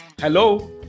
hello